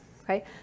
okay